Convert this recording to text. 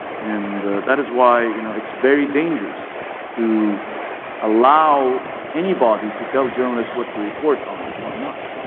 and that is why you know it's very dangerous to allow anybody to tell journalists what to report on and what not.